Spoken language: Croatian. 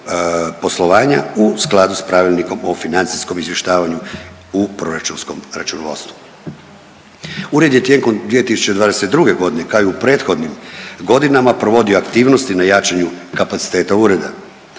u skladu s Pravilnikom o financijskom izvještavanju u proračunskom računovodstvu. Ured je tijekom 2022.g., kao i u prethodnim godinama provodio aktivnosti na jačanju kapaciteta ureda,